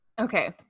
Okay